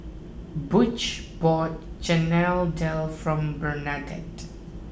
Butch bought Chana Dal for Bernadette